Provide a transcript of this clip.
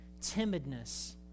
timidness